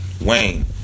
Wayne